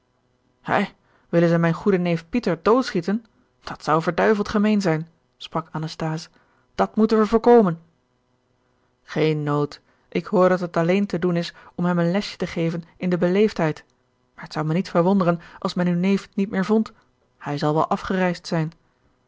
ei willen zij mijn goeden neef pieter doodschieten dat zou verduiveld gemeen zijn sprak anasthase dat moeten we voorkomen geen nood ik hoor dat het alleen te doen is om hem een lesje te geven in de beleefdheid maar t zou mij niet verwonderen als men uw neef niet meer vond hij zal wel afgereisd zijn